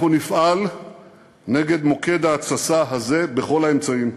אנחנו נפעל נגד מוקד ההתססה הזה בכל האמצעים.